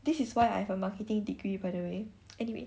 this is why I have a marketing degree by the way anyway